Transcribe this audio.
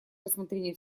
рассмотрение